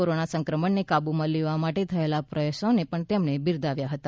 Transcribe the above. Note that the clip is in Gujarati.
કોરોના સંક્રમણને કાબૂમાં લેવા માટે થયેલા પ્રયાસોને પણ તેમણે બિરદાવ્યા હતા